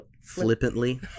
Flippantly